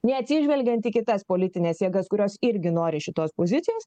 neatsižvelgiant į kitas politines jėgas kurios irgi nori šitos pozicijos